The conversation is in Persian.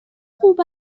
خوب